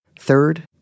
Third